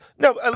No